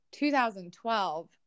2012